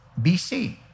BC